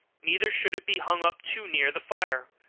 neither should it be hung up too near the fire,